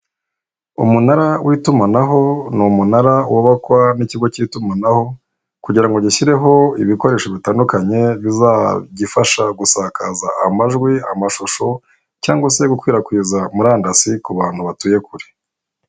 Umunara w'itumanaho ni umunara wubakwa n'ikigo cy'itumanaho kugira ngo gishyireho ibikoresho bitandukanye bizagifasha gusakaza amajwi amashusho cyangwa se gukwirakwiza murandasi ku bantu batuye kure.